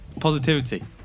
Positivity